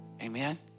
Amen